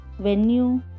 venue